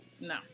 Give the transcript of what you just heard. no